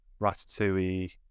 Ratatouille